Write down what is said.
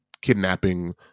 kidnapping